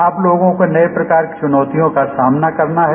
आप लोगों को नए प्रकार की चुनौतियों का सामना करना है